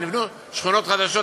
ויבנו שכונות חדשות,